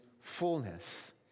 fullness